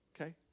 Okay